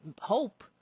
hope